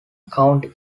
county